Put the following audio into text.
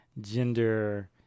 gender